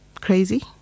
crazy